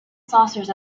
saucers